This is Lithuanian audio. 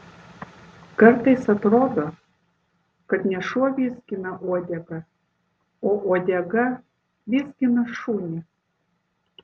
kartais atrodo kad ne šuo vizgina uodegą o uodega vizgina šunį